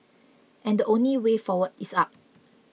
and the only way forward is up